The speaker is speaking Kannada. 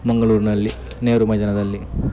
ಮಂಗಳೂರ್ನಲ್ಲಿ ನೆಹರು ಮೈದಾನದಲ್ಲಿ